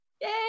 Yay